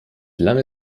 lange